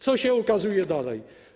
Co się okazuje dalej?